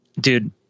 Dude